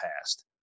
past